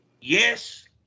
Yes